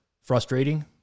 frustrating